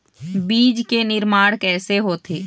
बीज के निर्माण कैसे होथे?